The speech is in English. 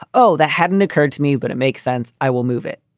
oh, that hadn't occurred to me, but it makes sense. i will move it.